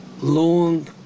long